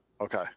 Okay